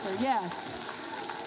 Yes